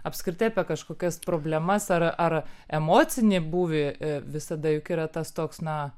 apskritai apie kažkokias problemas ar ar emocinį būvį visada juk yra tas toks na